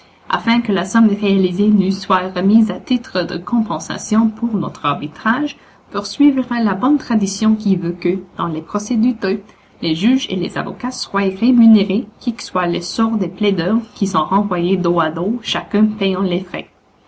afin que la somme réalisée nous soit remise à titre de compensation pour notre arbitrage pour suivre la bonne tradition qui veut que dans les procès douteux les juges et les avocats soient rémunérés quel que soit le sort des plaideurs qui sont renvoyés dos à dos chacun payant les frais